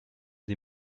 sie